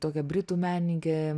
tokią britų menininkę